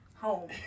home